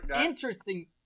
interesting